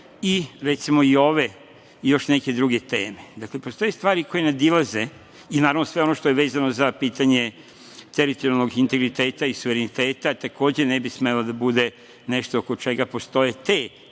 i, recimo, ove i još neke druge teme. Dakle, postoje stvari koje nadilaze… Naravno, i sve ono što je vezano za pitanje teritorijalnog integriteta i suvereniteta takođe ne bi smelo da da bude nešto oko čega postoje te